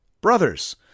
Brothers